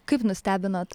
kaip nustebinot